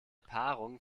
paarung